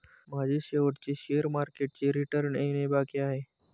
माझे शेवटचे शेअर मार्केटचे रिटर्न येणे बाकी आहे